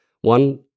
one